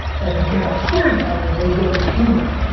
and if you care about storytelling, then you go for humor.